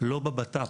לא בביטחון הפנים.